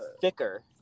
thicker